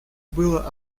было